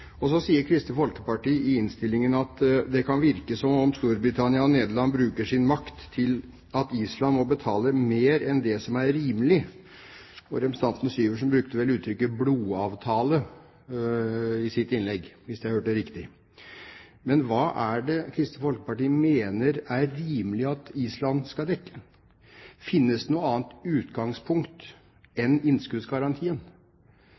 Kristelig Folkeparti sier i innstillingen at det kan virke som om Storbritannia og Nederland bruker sin makt til å få Island til å måtte betale mer enn det som er rimelig. Representanten Syversen brukte vel uttrykket «blodavtale» i sitt innlegg, hvis jeg hørte riktig. Men hva er det Kristelig Folkeparti mener er rimelig at Island skal dekke? Finnes det noe annet utgangspunkt